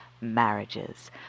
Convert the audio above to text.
marriages